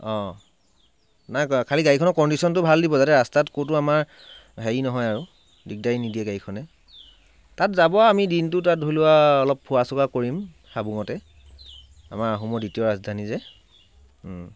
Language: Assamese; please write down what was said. অঁ নাই কৰা খালী গাড়ীখনৰ কনডিচনটো ভাল দিব যাতে ৰাস্তাত ক'তো আমাৰ হেৰি নহয় আৰু দিগদাৰি নিদিয়ে গাড়ীখনে তাত যাব আমি দিনটো তাত ধৰা ফূৰা চকা কৰিম হাবুঙত আমাৰ আহোমৰ দ্বিতীয় ৰাজধানী যে